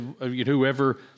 whoever